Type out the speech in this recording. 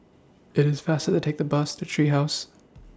IT IS faster to Take The Bus to Tree House